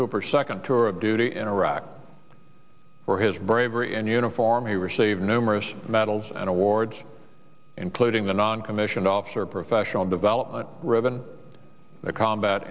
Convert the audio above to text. cooper second tour of duty in iraq where his bravery in uniform he received numerous medals and awards including the noncommissioned officer professional development ribbon the combat